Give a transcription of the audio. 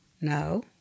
No